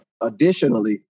Additionally